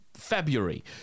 February